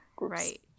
right